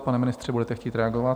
Pane ministře, budete chtít reagovat?